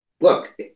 look